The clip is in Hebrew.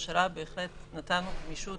גם אני מבקש לדבר בנושא הזה.